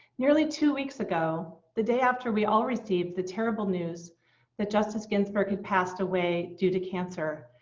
nearly two weeks ago, the day after we all received the terrible news that justice ginsburg had passed away due to cancer,